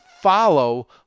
follow